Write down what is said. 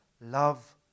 love